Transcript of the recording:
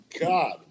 God